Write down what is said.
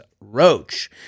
roach